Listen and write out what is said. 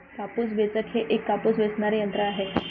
कापूस वेचक हे एक कापूस वेचणारे यंत्र आहे